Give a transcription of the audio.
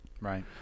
Right